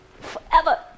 forever